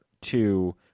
two